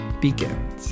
begins